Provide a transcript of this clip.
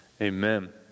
amen